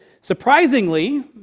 surprisingly